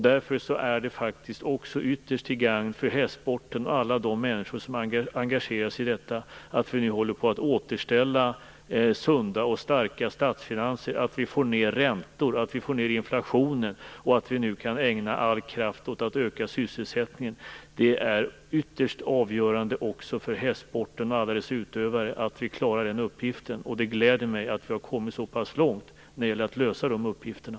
Därför är det faktiskt också ytterst till gagn för hästsporten och alla de människor som engagerar sig i den att vi nu håller på att återställa sunda och starka statsfinanser, att vi får ned räntor, att vi får ned inflationen och att vi nu kan ägna all kraft åt att öka sysselsättningen. Det är ytterst avgörande också för hästsporten och alla dess utövare att vi klarar den uppgiften. Det gläder mig att vi har kommit så pass långt när det gäller att lösa de uppgifterna.